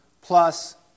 plus